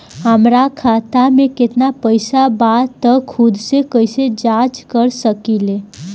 हमार खाता में केतना पइसा बा त खुद से कइसे जाँच कर सकी ले?